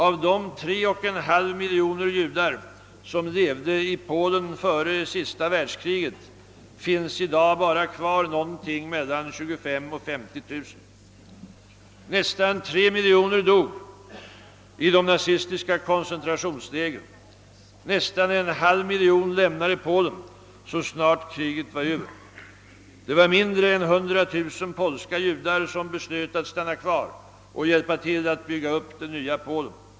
Av de tre och en halv miljoner judar som levde i Polen före andra världskriget finns det i dag kvar bara mellan 25 000 och 50 000. Nästan 3 miljoner dog i de nazistiska koncentrationslägren och nästan en halv miljon lämnade Polen så snart kriget var över. Det var mindre än 100 000 polska judar som beslöt att stanna kvar och hjälpa till att bygga upp det nya Polen.